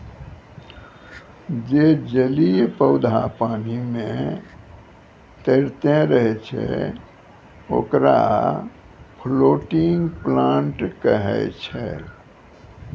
जे जलीय पौधा पानी पे तैरतें रहै छै, ओकरा फ्लोटिंग प्लांट कहै छै